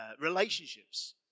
relationships